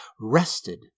rested